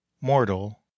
Mortal